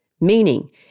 meaning